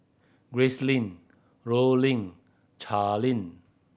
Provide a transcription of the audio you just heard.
Gracelyn Rollin Charlee